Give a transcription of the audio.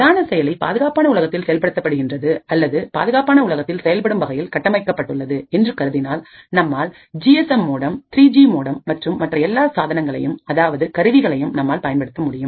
பிரதான செயலி பாதுகாப்பான உலகத்தில் செயல்படுகின்றது அல்லது பாதுகாப்பான உலகத்தில் செயல்படும் வகையில் கட்டமைக்கப்பட்டுள்ளது என்று கருதினால்நம்மால் ஜி எஸ் எம் மோடம் 3ஜி மோடம் மற்றும் மற்ற எல்லா சாதனங்களையும் அதாவது கருவிகளையும் நம்மால் பயன்படுத்த முடியும்